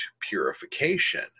purification